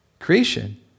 Creation